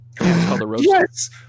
Yes